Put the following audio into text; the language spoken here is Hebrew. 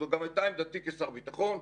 זו גם הייתה עמדתי כשר ביטחון,